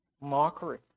Mockery